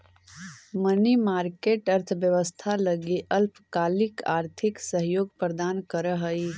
money market अर्थव्यवस्था लगी अल्पकालिक आर्थिक सहयोग प्रदान करऽ हइ